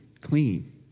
clean